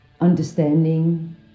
understanding